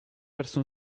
verso